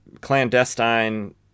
clandestine